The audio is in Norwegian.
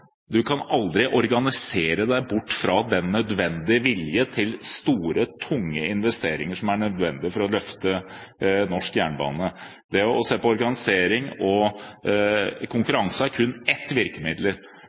kan aldri organisere seg bort fra viljen til å foreta store, tunge investeringer som er nødvendig for å løfte norsk jernbane. Å se på organisering og